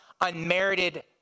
unmerited